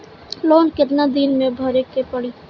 Loan कितना दिन मे भरे के पड़ी?